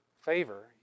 favor